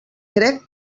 crec